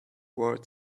word